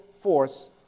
force